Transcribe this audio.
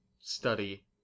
study